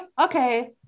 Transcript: Okay